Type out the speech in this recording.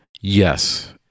Yes